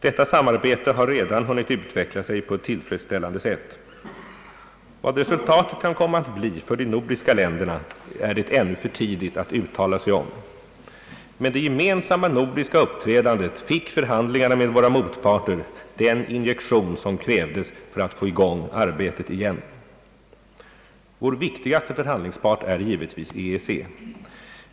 Detta samarbete har redan hunnit utveckla sig på ett tillfredsställande sätt. Vad resultatet kan komma att bli för de nordiska länderna är det ännu för tidigt att uttala sig om. Med det gemensamma nordiska uppträdandet fick förhandlingarna med våra motparter den injektion som krävdes för att få i gång arbetet igen. Vår viktigaste förhandlingspart är givetvis EEC.